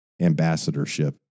ambassadorship